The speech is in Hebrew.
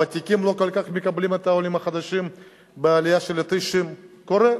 הוותיקים לא כל כך מקבלים את העולים החדשים בעלייה של 1990. קורה.